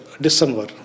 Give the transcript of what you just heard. December